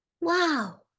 Wow